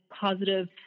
positive